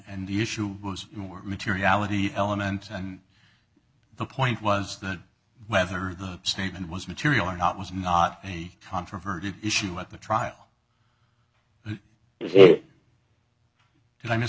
and the issue more materiality element and the point was that whether the statement was material or not was not a controversial issue at the trial it did i mis